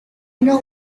know